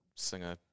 Singer